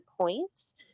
points